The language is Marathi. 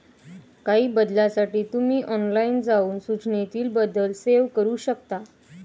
काही बदलांसाठी तुम्ही ऑनलाइन जाऊन सूचनेतील बदल सेव्ह करू शकता